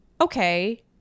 Okay